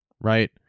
right